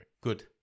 Good